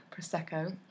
prosecco